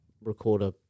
recorder